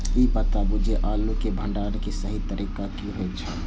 ई बताऊ जे आलू के भंडारण के सही तरीका की होय छल?